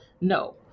no